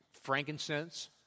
frankincense